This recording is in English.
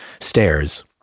stairs